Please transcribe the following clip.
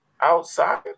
outside